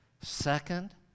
second